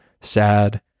sad